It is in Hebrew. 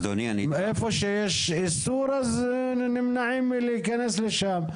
איפה שיש איסור, נמנעים מלהיכנס אליו.